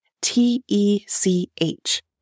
T-E-C-H